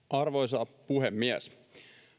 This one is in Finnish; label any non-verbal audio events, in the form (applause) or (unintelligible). (unintelligible) arvoisa puhemies